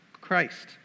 Christ